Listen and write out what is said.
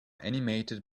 animated